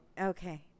Okay